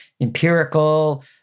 empirical